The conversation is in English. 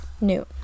New